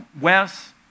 Wes